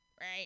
right